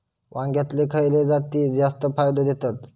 वांग्यातले खयले जाती जास्त फायदो देतत?